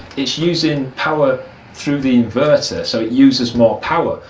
it's using power through the inverter, so it uses more power,